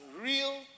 real